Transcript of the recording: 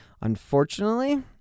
Unfortunately